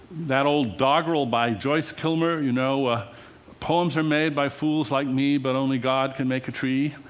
that old doggerel by joyce kilmer, you know ah poems are made by fools like me, but only god can make a tree.